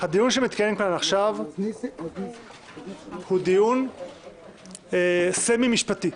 הדיון שמתקיים כאן עכשיו הוא דיון סמי משפטי.